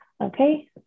Okay